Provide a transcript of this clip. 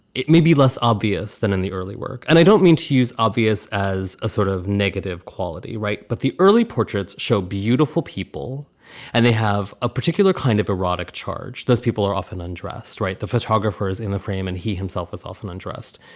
it may be less obvious than in the early work. and i don't mean to use obvious as a sort of negative quality. right but the early portraits show beautiful people and they have a particular kind of erotic charge. those people are often undressed, right? the photographers in the frame and he himself is often undressed.